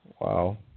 Wow